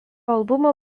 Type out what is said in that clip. albumo